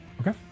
Okay